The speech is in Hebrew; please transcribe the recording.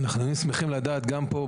היינו שמחים לדעת גם פה,